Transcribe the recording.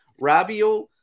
Rabio